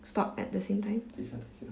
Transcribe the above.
stop at the same time